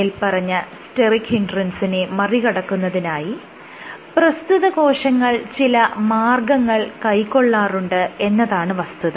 മേല്പറഞ്ഞ സ്റ്റെറിക് ഹിൻഡ്രൻസിനെ മറികടക്കുന്നതിനായി പ്രസ്തുത കോശങ്ങൾ ചില മാർഗ്ഗങ്ങൾ കൈകൊള്ളാറുണ്ട് എന്നതാണ് വസ്തുത